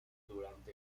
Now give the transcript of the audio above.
durante